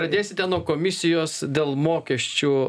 pradėsite nuo komisijos dėl mokesčių